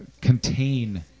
Contain